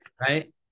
Right